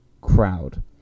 Crowd